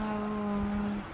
ଆଉ